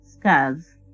Scars